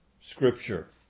Scripture